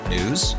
News